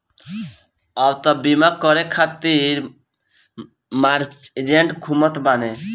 अब तअ बीमा करे खातिर मार एजेन्ट घूमत बाने